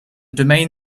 domain